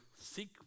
seek